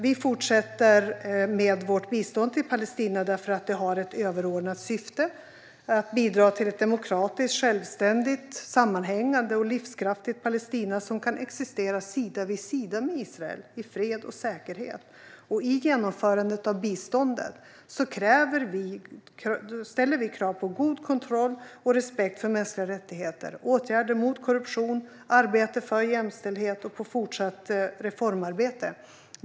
Vi fortsätter med vårt bistånd till Palestina därför att det har ett överordnat syfte att bidra till ett demokratiskt, självständigt, sammanhängande och livskraftigt Palestina som kan existera sida vid sida med Israel i fred och säkerhet. I genomförandet av biståndet ställer vi krav på god kontroll och respekt för mänskliga rättigheter, åtgärder mot korruption, arbete för jämställdhet och fortsatt reformarbete.